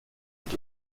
und